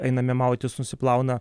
einame maudytis nusiplauna